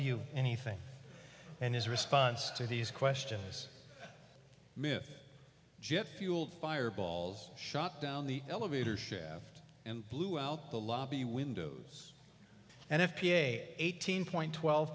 you anything and his response to these questions is minute jet fuel fire balls shot down the elevator shaft and blew out the lobby windows and if p a eighteen point twelve